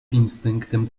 instynktem